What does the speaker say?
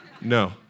No